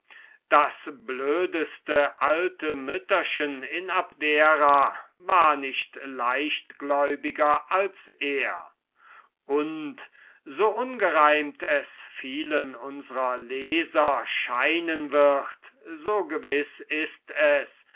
das blödeste alte mütterchen in abdera war nicht leichtgläubiger als er und so ungereimt es vielen unsrer leser scheinen wird so gewiß ist es